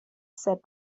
said